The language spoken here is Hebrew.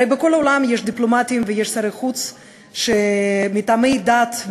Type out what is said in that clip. הרי בכל העולם יש דיפלומטים ויש שרי חוץ שמטעמי דת,